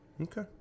Okay